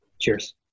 Cheers